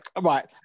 right